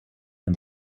and